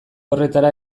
horretara